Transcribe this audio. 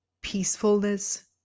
peacefulness